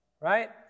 right